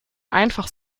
einfach